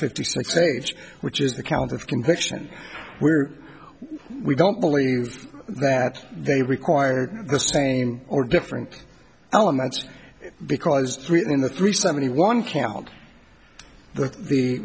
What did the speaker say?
fifty six age which is the count of conviction where we don't believe that they required the same or different elements because three in the three seventy one count the the